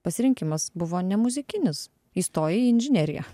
pasirinkimas buvo nemuzikinius įstojai į inžineriją